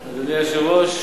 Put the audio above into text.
היושב-ראש,